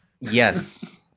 Yes